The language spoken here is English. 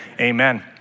amen